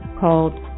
called